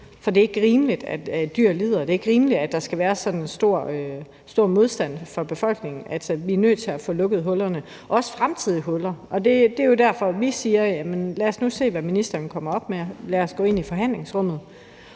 For det er ikke rimeligt, at dyr lider, og det er ikke rimeligt, at der skal være sådan en stor modstand fra befolkningens side. Vi er nødt til at få lukket hullerne, også de fremtidige huller, og det er jo derfor, at vi siger: Lad os nu se, hvad ministeren kommer op med, lad os gå ind i forhandlingsrummet,